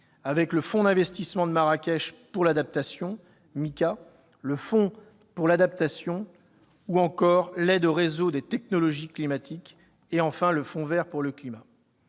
avec le Fonds d'investissement de Marrakech pour l'adaptation, le MICA, le Fonds d'adaptation, ou encore l'aide au Centre et réseau des technologies climatiques, et enfin le Fonds vert pour le climat.